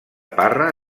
parra